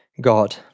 God